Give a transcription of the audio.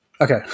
Okay